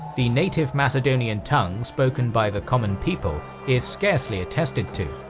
the native macedonian tongue spoken by the common people is scarcely attested to.